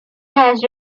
have